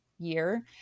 year